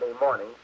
morning